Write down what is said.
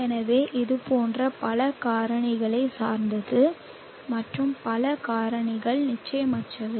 எனவே இது போன்ற பல காரணிகளைச் சார்ந்தது மற்றும் பல காரணிகள் நிச்சயமற்றவை